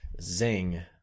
Zing